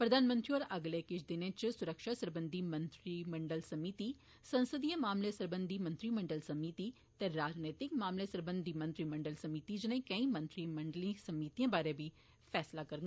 प्रधानमंत्री होर अगले किश दिनें इच सुरक्षा सरबंधी मंत्रीमंडल समिति संसदीय मामलें सरबंघी मंत्रीमंडल समिति ते राजनीतिक मामलें सरबंघी मंत्रीमंडल समिति जनेई केई मंत्रीमंडलिए समितिएं बारे बी फैसला करड़न